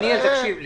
דניאל, תקשיב לי.